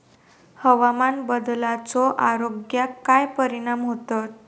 हवामान बदलाचो आरोग्याक काय परिणाम होतत?